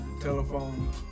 telephone